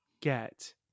get